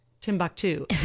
Timbuktu